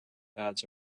ads